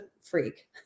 freak